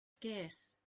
scarce